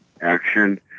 Action